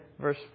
verse